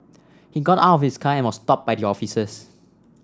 he got out of his car and was stopped by the officers